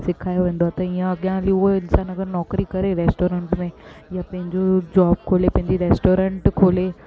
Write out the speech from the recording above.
सेखारियो वेंदो आहे त इअं अॻियां हली उहा इन्सान अगरि नौकिरी करे रेस्टोरंट में या पंहिंजो जॉब खोले पंहिंजी रेस्टोरैंट खोले